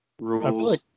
rules